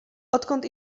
odkąd